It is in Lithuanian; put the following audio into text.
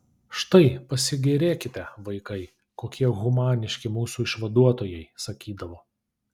štai pasigėrėkite vaikai kokie humaniški mūsų išvaduotojai sakydavo